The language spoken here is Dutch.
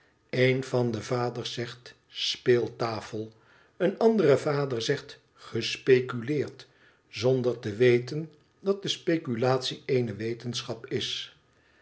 een van de vaders zegt speeltafel eenandere vader zegt gespeculeerd zonder te weten dat de speculatie eene wetenschap is